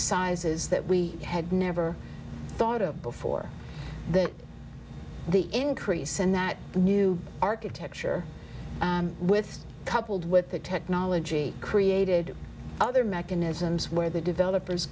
sizes that we had never thought of before that the increase in that new architecture with coupled with the technology created other mechanisms where the developers